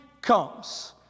comes